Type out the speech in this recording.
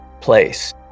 place